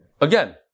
again